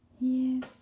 Yes